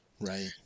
Right